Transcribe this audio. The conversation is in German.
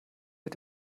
mit